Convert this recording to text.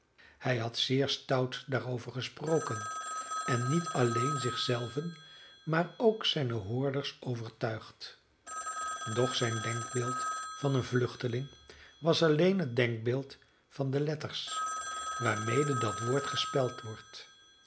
hij had zeer stout daarover gesproken en niet alleen zich zelven maar ook zijne hoorders overtuigd doch zijn denkbeeld van een vluchteling was alleen het denkbeeld van de letters waarmede dat woord gespeld wordt